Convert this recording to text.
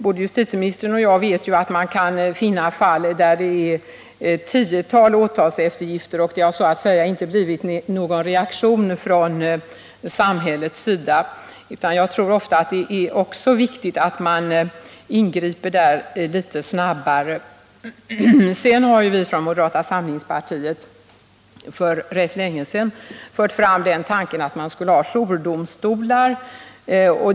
Både justitieministern och jag vet att man kan finna fall där det är ett tiotal åtalseftergifter och det så att säga inte blivit någon reaktion från samhällets sida. Jag tror att det också är viktigt att ingripa litet snabbare. Från moderata samlingspartiet har vi för rätt länge sedan fört fram tanken på jourdomstolar.